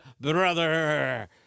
brother